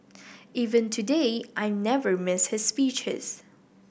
even today I never miss his speeches